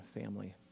family